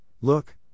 Look